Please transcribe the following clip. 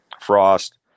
Frost